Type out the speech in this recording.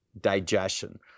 digestion